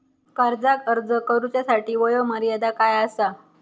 कर्जाक अर्ज करुच्यासाठी वयोमर्यादा काय आसा?